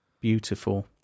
beautiful